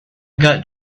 got